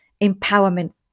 empowerment